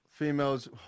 Females